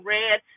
red